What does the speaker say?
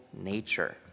nature